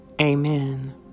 Amen